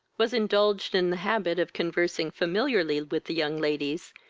was indulged in the habit of conversing familiarly with the young ladies,